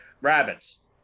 Rabbits